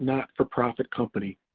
not for profit company.